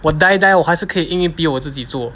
我 die die 我还是可以硬硬逼我自己做